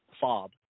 fob